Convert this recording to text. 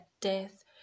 death